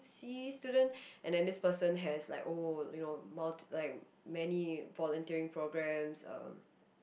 C student and then this person has like oh multi you know like many volunteering programmes